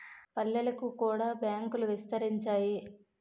పల్లెలకు కూడా బ్యాంకులు విస్తరించాయి